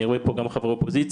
אני רואה פה גם חברי אופוזיציה,